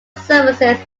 services